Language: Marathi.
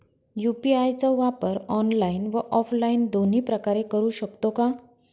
यू.पी.आय चा वापर ऑनलाईन व ऑफलाईन दोन्ही प्रकारे करु शकतो का?